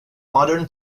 modern